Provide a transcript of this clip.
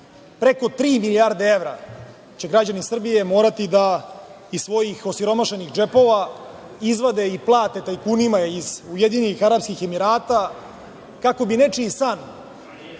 Preko tri milijarde evra će građani Srbije morati da iz svojih osiromašenih džepova izvade i plate tajkunima iz Ujedinjenih Arapskih Emirata, kako bi nečiji san